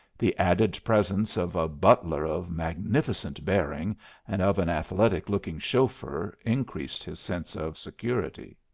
the added presence of a butler of magnificent bearing and of an athletic looking chauffeur increased his sense of security.